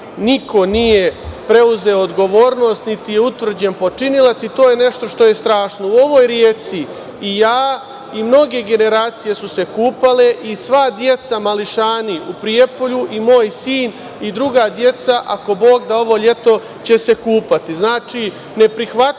niko nije preuzeo odgovornost niti je utvrđen počinilac i to je nešto što je strašno.U ovoj reci ja i mnoge generacije su se kupale i sva deca, mališani u Prijepolju i moj sin i druga deca, ako Bog da, ovo leto će se kupati.